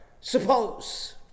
Suppose